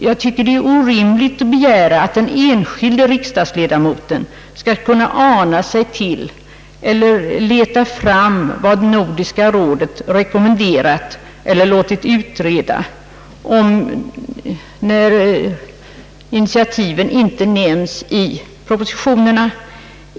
Jag tycker att det är orimligt att begära att den enskilde riksdagsledamoten skall kunna ana sig till, eller leta fram, vad Nordiska rådet rekommenderat eller låtit utreda i de fall när de nordiska initiativen inte nämns i propositionerna.